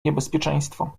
niebezpieczeństwo